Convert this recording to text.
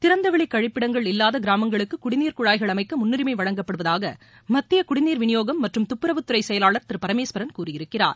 திறந்தவெளி கழிப்பிடங்கள் இல்லாத கிராமங்களுக்கு குடிநீர் குழாய்கள் அமைக்க முன்னுரிமை வழங்கப்படுவதாக மத்திய குடிநீர் விநியோகம் மற்றும் துப்புரவுத்துறை செயலாளர் திரு பரமேஸ்வரன் கூறியிருக்கிறார்